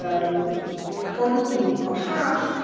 um according to al-haj,